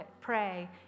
pray